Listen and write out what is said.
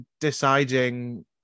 deciding